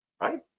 right